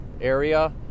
area